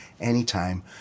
anytime